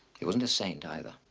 he wasn't a saint either.